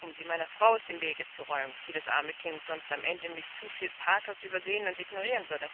um sie meiner frau aus dem wege zu räumen die das arme kind sonst am ende mit zu viel pathos übersehen und ignorieren würde